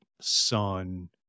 son